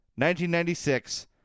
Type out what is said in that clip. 1996